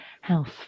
house